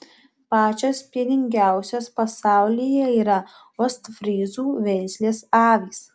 pačios pieningiausios pasaulyje yra ostfryzų veislės avys